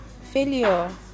failure